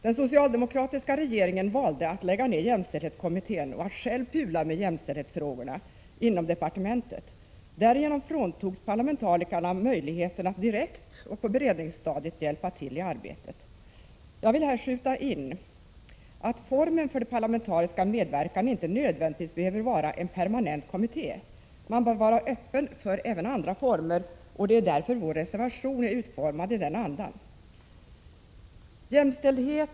Den socialdemokratiska regeringen valde att lägga ned jämställdhetskommittén och att själv pula med jämställdhetsfrågorna inom departementet. Därigenom fråntogs parlamentarikerna möjligheten att direkt och på beredningsstadiet hjälpa till i arbetet. Jag vill här skjuta in, att formen för den parlamentariska medverkan inte nödvändigtvis behöver vara en permanent kommitté. Man bör vara öppen för även andra former, och det är därför vår reservation är utformad i den andan. Herr talman!